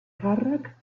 càrrec